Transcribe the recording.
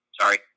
Sorry